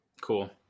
Cool